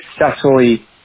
successfully